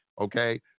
Okay